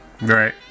Right